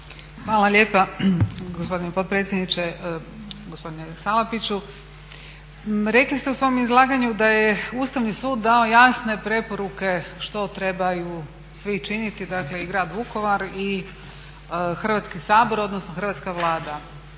Hvala lijepa gospodine potpredsjedniče. Gospodine Salapiću rekli ste u svom izlaganju da je Ustavni sud dao jasne preporuke što trebaju svi činiti, dakle i grad Vukovar i Hrvatski sabor odnosno Hrvatska vlada.